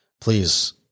please